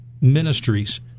Ministries